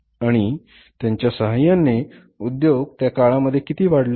आणि त्यांच्या सहाय्याने उद्योग त्या काळामध्ये किती वाढला